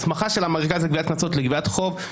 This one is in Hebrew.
הסמכה של המרכז לגביית קנסות לגביית חוב,